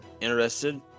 interested